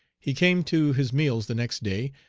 he came to his meals the next day,